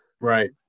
Right